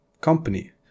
company